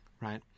right